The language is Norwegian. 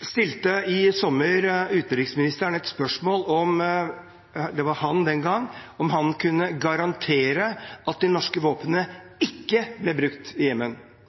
stilte i sommer utenriksministeren spørsmålet om han – det var han den gangen – kunne garantere at de norske våpnene ikke ble brukt i